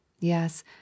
yes